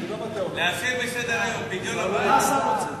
5, אין נמנעים.